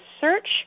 search